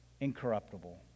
incorruptible